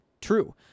true